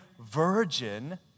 virgin